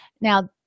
Now